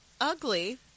ugly